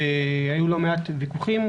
והיו לא מעט ויכוחים,